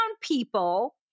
people